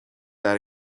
that